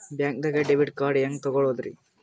ಬ್ಯಾಂಕ್ದಾಗ debit card ಹೆಂಗ್ ತಗೊಳದ್ರಿ?